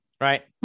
Right